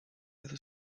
other